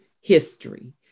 history